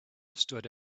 stood